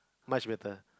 much better